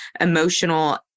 emotional